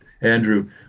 Andrew